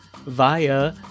via